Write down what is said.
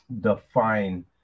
define